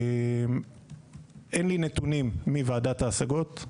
אין לי נתונים מוועדת ההשגות.